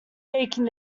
making